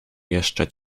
jeszcze